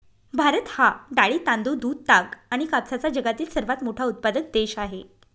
भारत हा डाळी, तांदूळ, दूध, ताग आणि कापसाचा जगातील सर्वात मोठा उत्पादक देश आहे